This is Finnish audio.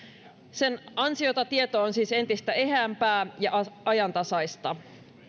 sen ansiosta tieto on siis entistä eheämpää ja ajantasaista